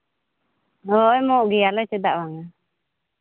ᱦᱳᱭ ᱮᱢᱚᱜ ᱜᱮᱭᱟᱞᱮ ᱪᱮᱫᱟᱜ ᱵᱟᱝᱼᱟ